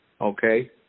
okay